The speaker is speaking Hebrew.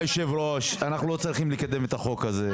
היושב-ראש, אנחנו לא צריכים לקדם את החוק הזה.